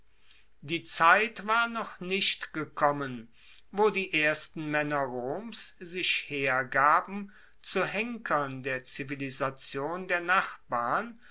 die zeit war noch nicht gekommen wo die ersten maenner roms sich hergaben zu henkern der zivilisation der nachbarn